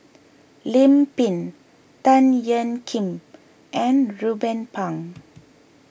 Lim Pin Tan Ean Kiam and Ruben Pang